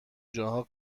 جاها